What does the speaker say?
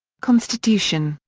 constitution,